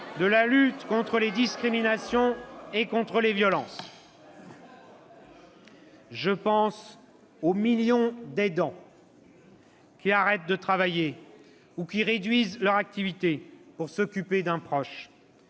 de la lutte contre les discriminations et contre les violences. « Je pense aux millions d'aidants qui arrêtent de travailler ou qui réduisent leur activité pour s'occuper d'un proche.